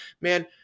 man